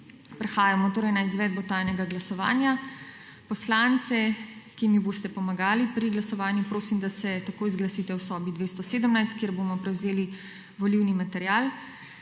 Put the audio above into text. Prehajamo torej na izvedbo tajnega glasovanja. Poslance, ki mi boste pomagali pri glasovanju, prosim, da se takoj zglasite v sobi 217, kjer bomo prevzeli volilni material.